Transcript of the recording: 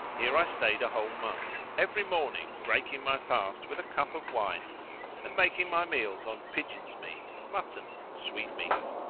here i stayed a whole month, every morning breaking my fast with a cup of wine and making my meals on pigeon's meat, mutton and sweetmeats,